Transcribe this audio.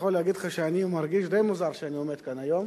אני יכול להגיד לך שאני מרגיש די מוזר כשאני עומד כאן היום.